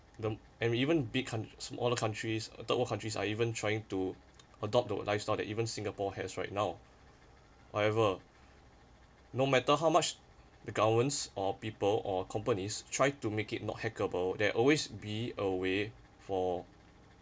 the and even big count~ smaller countries third world countries are even trying to adopt the lifestyle that even singapore has right now however no matter how much the governments or people or companies try to make it not hackable there always be a way for